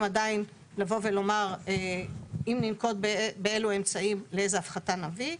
עדיין לבוא ולומר אם ננקוט באילו אמצעים לאיזה הפחתה נביא.